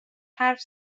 حرف